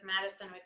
Madison